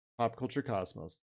PopCultureCosmos